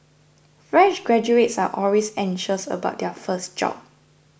fresh graduates are always anxious about their first job